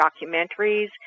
documentaries